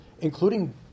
including